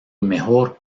mejor